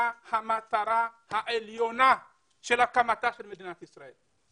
המטרה העליונה של הקמתה של מדינת ישראל.